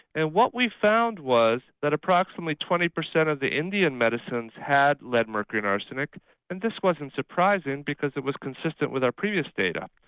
and what we found was that approximately twenty percent of the indian medicine had lead, mercury and arsenic and this wasn't surprising because it was consistent with our previous data.